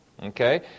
Okay